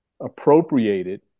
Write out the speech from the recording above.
appropriated